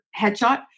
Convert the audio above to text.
headshot